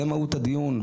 זה מהות הדיון.